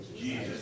Jesus